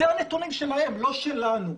אלה הנתונים שלהם ולא שלנו.